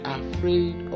afraid